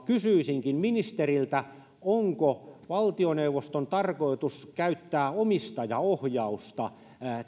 kysyisinkin ministeriltä onko valtioneuvoston tarkoitus käyttää omistajaohjausta